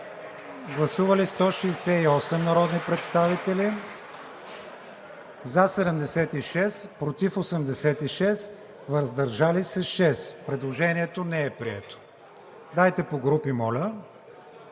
Гласували 168 народни представители: за 76, против 86, въздържали се 6. Предложението не е прието. С това първата точка